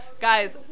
Guys